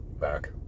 back